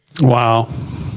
Wow